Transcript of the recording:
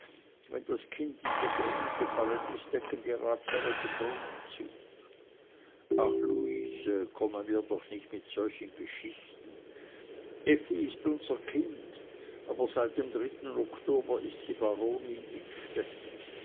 wenn das kind in den brunnen gefallen ist decken die ratsherren den brunnen zu ach luise komme mir doch nicht mit solchen geschichten effi ist unser kind aber seit dem oktober ist sie baronin